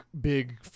big